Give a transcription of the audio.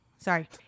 Sorry